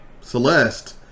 Celeste